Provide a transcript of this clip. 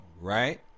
right